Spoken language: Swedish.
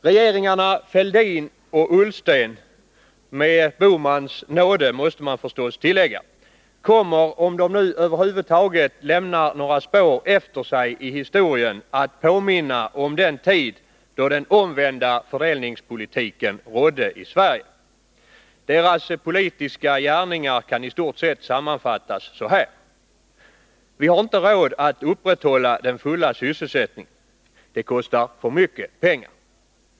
Regeringarna Fälldin och Ullsten — med Bohmans nåde, måste man förstås tillägga— kommer att, om de nu över huvud taget lämnar några spår efter sig i historien, påminna om den tid då den omvända fördelningspolitiken rådde i Sverige. Deras politiska gärningar kan i stort sett sammanfattas så här: Vi har inte råd att upprätthålla den fulla sysselsättningen — det kostar för mycket pengar.